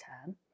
term